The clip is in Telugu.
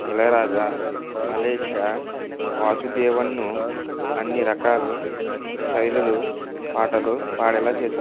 ఇళయరాజా మలేషియా వాసుదేవన్ను అన్ని రకాలు శైలులు పాటలు పాడేలా చేశా